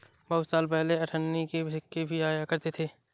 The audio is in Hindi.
बहुत साल पहले अठन्नी के सिक्के भी आया करते थे